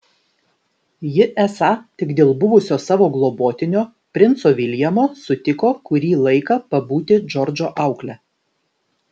ji esą tik dėl buvusio savo globotinio princo viljamo sutiko kurį laiką pabūti džordžo aukle